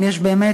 אם יש באמת,